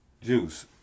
juice